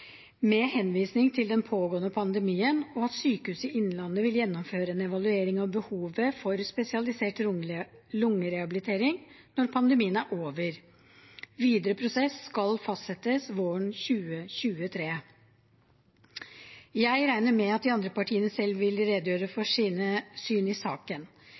med henvisning til den pågående pandemien, og at Sykehuset Innlandet vil gjennomføre en evaluering av behovet for spesialisert lungerehabilitering når pandemien er over. Videre prosess skal fastsettes våren 2023. Jeg regner med at de andre partiene selv vil redegjøre for sine syn i saken.